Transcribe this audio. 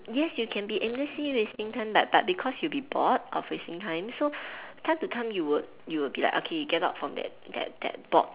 yes you can be aimlessly wasting time but but because you will be bored of wasting time so time to time you would you would be like okay you get out of that that bored